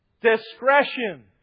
discretion